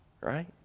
right